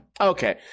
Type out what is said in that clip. okay